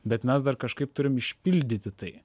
bet mes dar kažkaip turim išpildyti tai